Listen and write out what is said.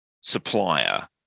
supplier